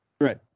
Right